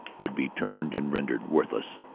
would be turned and rendered worthless.